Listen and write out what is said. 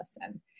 listen